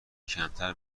کمتر